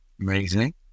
Amazing